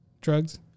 Drugs